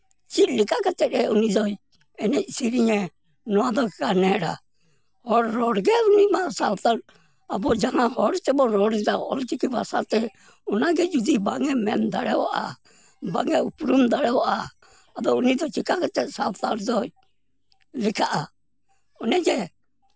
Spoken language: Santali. ᱪᱮᱫ ᱞᱮᱠᱟ ᱠᱟᱛᱮᱜ ᱩᱱᱤ ᱫᱚᱭ ᱮᱱᱮᱡ ᱥᱮᱨᱮᱧᱟ ᱱᱚᱣᱟᱫᱚ ᱠᱟᱱᱮᱲᱟ ᱦᱚᱲ ᱨᱚᱲᱜᱮ ᱩᱱᱤ ᱢᱟ ᱥᱟᱱᱛᱟᱲ ᱟᱵᱚ ᱡᱟᱦᱟᱸ ᱦᱚᱲ ᱛᱮᱵᱚᱱ ᱨᱚᱲᱫᱟ ᱚᱞᱪᱤᱠᱤ ᱵᱷᱟᱥᱟᱛᱮ ᱚᱱᱟᱜᱮ ᱡᱩᱫᱤ ᱵᱟᱝᱮᱢ ᱫᱟᱲᱮᱭᱟᱜᱼᱟ ᱵᱟᱝᱮ ᱩᱯᱨᱩᱢ ᱫᱟᱲᱮᱭᱟᱜᱼᱟ ᱟᱫᱚ ᱩᱱᱤ ᱫᱚ ᱪᱤᱠᱟ ᱠᱟᱛᱮᱜ ᱥᱟᱱᱛᱟᱲ ᱫᱚᱭ ᱞᱮᱠᱷᱟᱜᱼᱟ ᱚᱱᱮ ᱡᱮ